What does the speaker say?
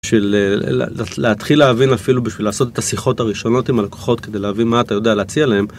להתחיל להבין אפילו בשביל לעשות את השיחות הראשונות עם הלקוחות כדי להבין מה אתה יודע להציע להם.